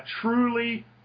truly